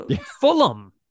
fulham